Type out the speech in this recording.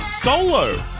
Solo